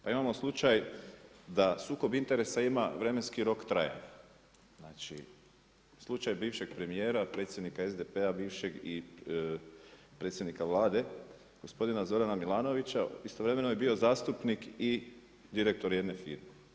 Pa imamo slučaj da sukob interesa ima vremenski rok trajanja, znači slučaj bivšeg premijera, predsjednika SDP-a bivšeg i predsjednika Vlade gospodina Zorana Milanovića istovremeno je bio zastupnik i direktor jedne firme.